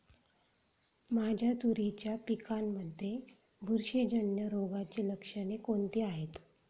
माझ्या तुरीच्या पिकामध्ये बुरशीजन्य रोगाची लक्षणे कोणती आहेत?